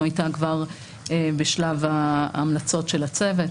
הייתה כבר בשלב ההמלצות של הצוות,